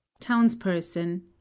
Townsperson